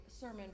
sermon